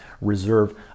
reserve